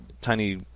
tiny